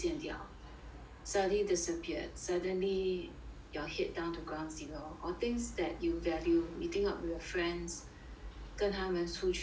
suddenly disappeared suddenly your head down to ground zero or things that you value meeting up with your friends 跟他们出去